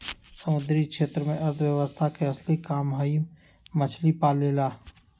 समुद्री क्षेत्र में अर्थव्यवस्था के असली काम हई मछली पालेला